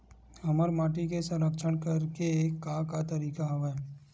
हमर माटी के संरक्षण करेके का का तरीका हवय?